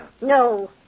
No